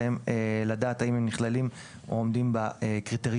לדעת האם הם נכללים או עומדים בקריטריונים.